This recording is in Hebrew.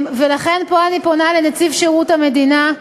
ולכן פה אני פונה לנציב שירות המדינה,